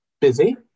busy